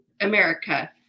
America